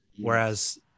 Whereas